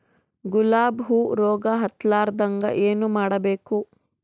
ಗುಲಾಬ್ ಹೂವು ರೋಗ ಹತ್ತಲಾರದಂಗ ಏನು ಮಾಡಬೇಕು?